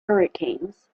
hurricanes